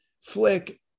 Flick